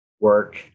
work